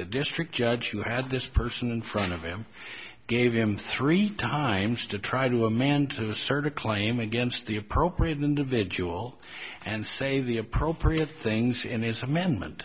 the district judge who had this person in front of him gave him three times to try to a man to search a claim against the appropriate individual and say the appropriate things in this amendment